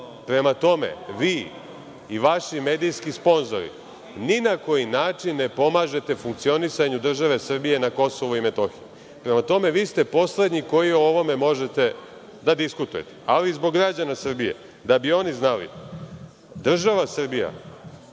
tome, vi i vaši medijski sponzori, ni na koji način ne pomažete funkcionisanju države Srbije na KiM. Vi ste poslednji koji o ovome možete da diskutujete. Ali, zbog građana Srbije, da bi oni znali, država Srbija,